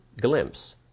glimpse